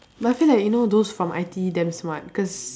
but I feel like you know those from I_T_E damn smart cause